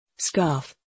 Scarf